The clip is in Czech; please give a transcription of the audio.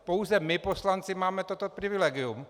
Pouze my poslanci máme toto privilegium.